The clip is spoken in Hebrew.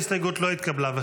ההסתייגות לא התקבלה.